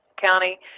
County